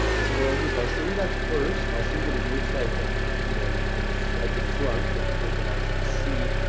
and so is i'll show you that first, i'll show you what it looks like um you know and at the front, what people can actually see,